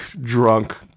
drunk